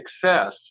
success